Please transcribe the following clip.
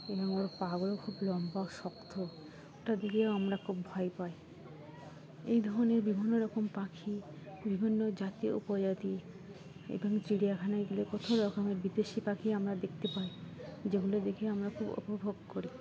এবং ওর পাগুলো খুব লম্বা শক্ত ওটা দিিয়েও আমরা খুব ভয় পাই এই ধরনের বিভিন্ন রকম পাখি বিভিন্ন জাতি উপজাতি এবং চিড়িয়াখানায় গেলে কতও রকমের বিদেশি পাখি আমরা দেখতে পাই যেগুলো দেখে আমরা খুব উপভোগ করি